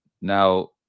Now